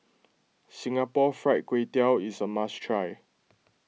Singapore Fried Kway Tiao is a must try